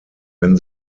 wenn